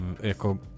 jako